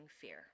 fear